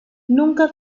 nunca